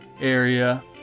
area